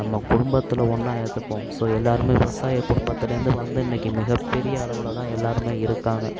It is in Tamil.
நம்ம குடும்பத்தில் ஒன்றா ஏற்றுப்போம் ஸோ எல்லோருமே விவசாய குடும்பத்துலேருந்து வந்து இன்றைக்கி மிகப்பெரிய அளவில் தான் எல்லோருமே இருக்காங்க